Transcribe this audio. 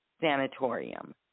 sanatorium